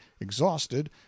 exhausted